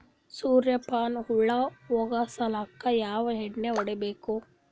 ಸುರ್ಯಪಾನ ಹುಳ ಹೊಗಸಕ ಯಾವ ಎಣ್ಣೆ ಹೊಡಿಬೇಕು?